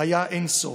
היה אין-סוף,